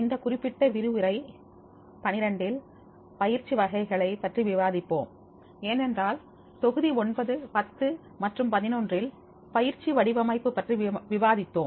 இந்த குறிப்பிட்ட விரிவுரை பன்னிரெண்டில் பயிற்சி வகைகளை பற்றி விவாதிப்போம் ஏனென்றால் தொகுதி 9 10 மற்றும் பதினொன்றில் பயிற்சி வடிவமைப்பு பற்றி விவாதித்தோம்